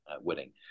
winning